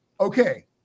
okay